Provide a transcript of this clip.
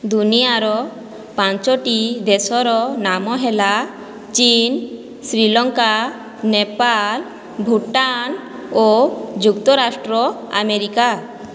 ଦୁନିଆଁର ପାଞ୍ଚୋଟି ଦେଶର ନାମ ହେଲା ଚୀନ୍ ଶ୍ରୀଲଙ୍କା ନେପାଲ ଭୁଟାନ ଓ ଯୁକ୍ତରାଷ୍ଟ୍ର ଆମେରିକା